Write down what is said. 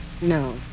No